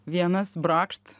vienas brakšt